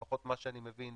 לפחות ממה שאני מבין,